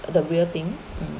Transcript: the real thing mm